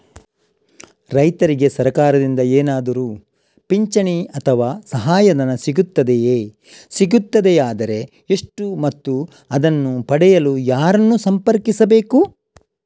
ರೈತರಿಗೆ ಸರಕಾರದಿಂದ ಏನಾದರೂ ಪಿಂಚಣಿ ಅಥವಾ ಸಹಾಯಧನ ಸಿಗುತ್ತದೆಯೇ, ಸಿಗುತ್ತದೆಯಾದರೆ ಎಷ್ಟು ಮತ್ತು ಅದನ್ನು ಪಡೆಯಲು ಯಾರನ್ನು ಸಂಪರ್ಕಿಸಬೇಕು?